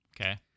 Okay